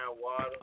water